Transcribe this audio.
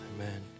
Amen